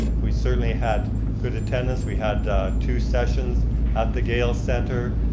we certainly had good attendance, we had two sessions at the gale centre.